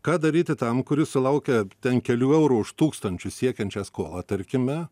ką daryti tam kuris sulaukia ten kelių eurų už tūkstančius siekiančią skolą tarkime